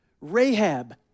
Rahab